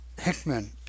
Hickman